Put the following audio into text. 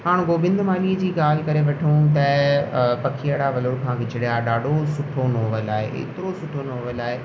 हाणे गोबिंद मालीअ जी ॻाल्हि करे वठूं त पखीअड़ा वलुर खां विछुड़िया ॾाढो सुठो नॉवेल आहे एतिरो सुठो नॉवेल आहे